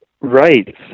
Right